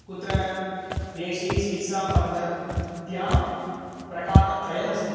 कुत्र देशीयचिकित्सापद्धत्यां द्ध्यां प्रकारत्रयमस्ति